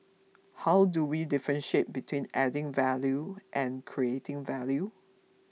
how do we differentiate between adding value and creating value